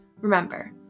Remember